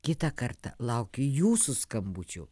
kitą kartą laukiu jūsų skambučių